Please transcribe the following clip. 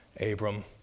Abram